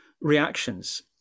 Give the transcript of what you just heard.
reactions